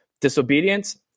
disobedience